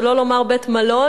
שלא לומר בית-מלון,